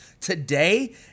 today